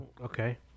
okay